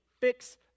fix